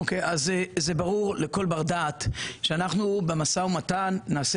זה ברור לכל בר דעת שבמשא ומתן אנחנו נעשה